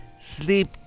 sleep